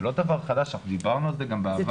זה לא דבר חדש, אנחנו דיברנו על זה גם בעבר.